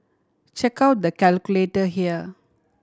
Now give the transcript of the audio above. check out the calculator here